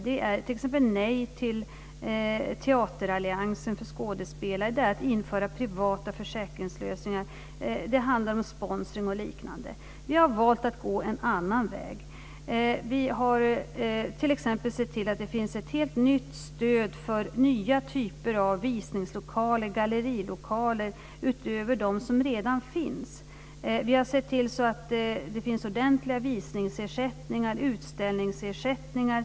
Det är t.ex. ett nej till Teateralliansen för skådespelare. Det är att införa privata försäkringslösningar, och det handlar om sponsring och liknande. Vi har valt att gå en annan väg. Vi har t.ex. sett till att det finns ett helt nytt stöd för nya typer av visningslokaler och gallerilokaler utöver dem som redan finns. Vi har sett till att det finns ordentliga visningsersättningar och utställningsersättningar.